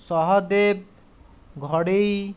Sahadev Ghadei